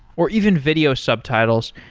or even video subtitles,